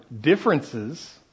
differences